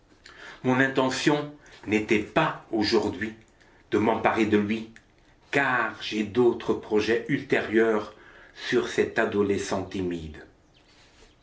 mon intention n'était pas aujourd'hui de m'emparer de lui car j'ai d'autres projets ultérieurs sur cet adolescent timide